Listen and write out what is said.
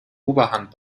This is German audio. oberhand